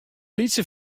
lytse